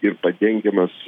ir padengiamas